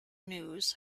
news